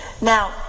Now